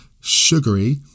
sugary